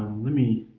let me